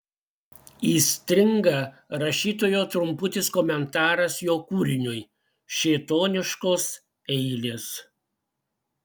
įstringa rašytojo trumputis komentaras jo kūriniui šėtoniškos eilės